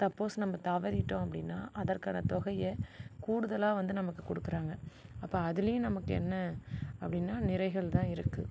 suppose நம்ம தவறிவிட்டோம் அப்படின்னா அதற்கான தொகையை கூடுதலாக வந்து நமக்கு கொடுக்குறாங்க அப்போ அதுலையும் நமக்கு என்ன அப்படின்னா நிறைகள் தான் இருக்கு